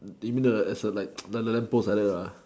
you mean the just in like the lamppost like that